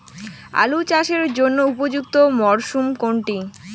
আলু চাষের জন্য উপযুক্ত মরশুম কোনটি?